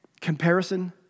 Comparison